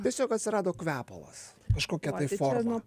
tiesiog atsirado kvepalas kažkokia tai forma